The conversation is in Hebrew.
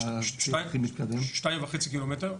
2.5 קילומטר.